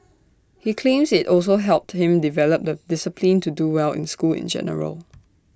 he claims IT also helped him develop the discipline to do well in school in general